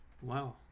Wow